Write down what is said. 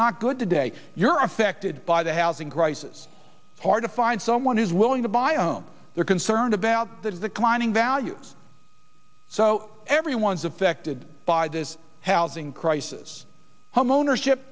not good today you're affected by the housing crisis hard to find someone who's willing to buy a home they're concerned about the declining values so everyone's affected by this housing crisis homeownership